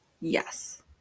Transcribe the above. yes